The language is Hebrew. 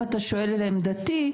אם אתה שואל לעמדתי,